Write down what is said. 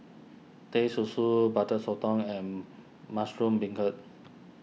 Teh Susu Butter Sotong and Mushroom Beancurd